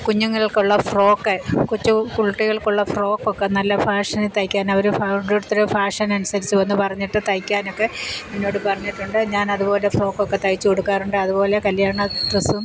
കുഞ്ഞുങ്ങൾക്കുള്ള frock കൊച്ച് കുട്ടികൾക്കുള്ള frock ഒക്കെ നല്ല ഫേഷനിൽ തയ്ക്കാൻ അവർ ഓരോരുത്തർ ഫേഷൻ അനുസരിച്ച് വന്ന് പറഞ്ഞിട്ട് തയ്ക്കാനൊക്കെ എന്നോട് പറഞ്ഞിട്ടുണ്ട് ഞാൻ അതുപോലെ ഫ്രോക്ക് ഒക്കെ തയ്ച്ച് കൊടുക്കാറുണ്ട് അതുപോലെ കല്ല്യാണ ഡ്രസ്സും